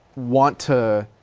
want to,